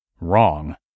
wrong